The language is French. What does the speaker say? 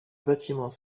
bâtiment